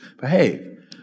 behave